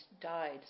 died